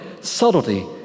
subtlety